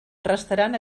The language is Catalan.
restaran